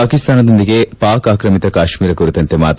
ಪಾಕಿಸ್ತಾನದೊಂದಿಗೆ ಪಾಕ್ ಆಕ್ರಮಿತ ಕಾಶ್ಮೀರ ಕುರಿತಂತೆ ಮಾತ್ರ